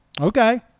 Okay